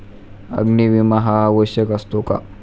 अग्नी विमा हा आवश्यक असतो का?